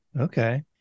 okay